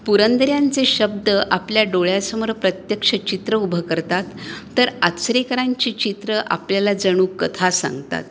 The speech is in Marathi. पुरंदऱ्यांचे शब्द आपल्या डोळ्यासमोर प्रत्यक्ष चित्र उभं करतात तर आचरेकरांची चित्रं आपल्याला जणू कथा सांगतात